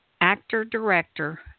actor-director